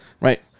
Right